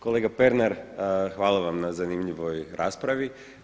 Kolega Pernar, hvala vam na zanimljivoj raspravi.